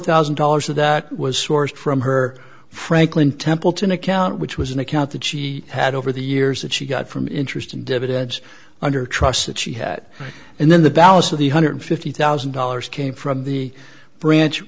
thousand dollars of that was sourced from her franklin templeton account which was an account that she had over the years that she got from interest and dividends under trusts that she had and then the balance of the hundred fifty thousand dollars came from the branch